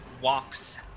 walks